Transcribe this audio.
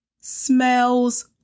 smells